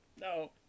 No